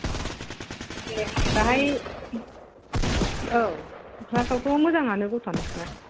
दे होनबा दाहाय औ क्लासाव थ' मोजांआनो गथ'आ नोंसिना